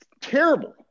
Terrible